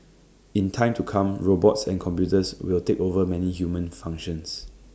in time to come robots and computers will take over many human functions